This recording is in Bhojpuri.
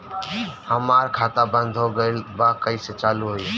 हमार खाता बंद हो गइल बा कइसे चालू होई?